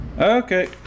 Okay